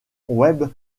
webb